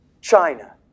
China